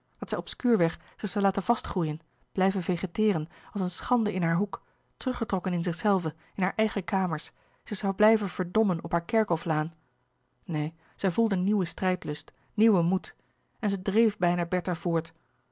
dat zij obscuurweg zich zoû laten vastgroeien blijven vegeteeren als een schande in haar hoek teruggetrokken in zichzelve in haar eigen kamers zich zoû blijven verdommen op haar kerkhoflaan neen zij voelde nieuwen strijdlust nieuwen moed en zij dreef bijna bertha voort